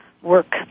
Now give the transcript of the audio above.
work